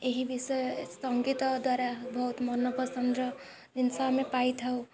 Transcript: ଏହି ବିଷୟ ସଙ୍ଗୀତ ଦ୍ୱାରା ବହୁତ ମନପସନ୍ଦର ଜିନିଷ ଆମେ ପାଇଥାଉ